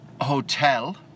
hotel